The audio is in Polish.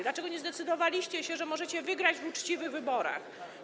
Dlaczego nie zdecydowaliście się, że możecie wygrać w uczciwych wyborach?